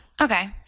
Okay